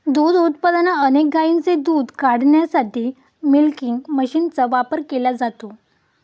दूध उत्पादनात अनेक गायींचे दूध काढण्यासाठी मिल्किंग मशीनचा वापर केला जातो